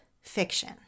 fiction